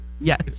Yes